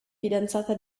fidanzata